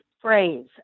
phrase